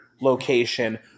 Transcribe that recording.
location